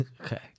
Okay